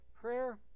prayer